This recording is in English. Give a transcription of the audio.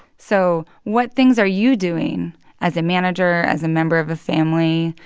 so what things are you doing as a manager, as a member of a family,